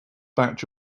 batch